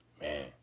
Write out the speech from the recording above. Man